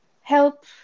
Help